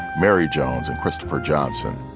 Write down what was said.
mary jones and christopher johnson.